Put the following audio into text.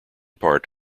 part